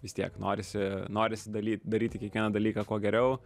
vis tiek norisi norisi daly daryti kiekvieną dalyką kuo geriau